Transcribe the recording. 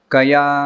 Kaya